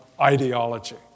ideology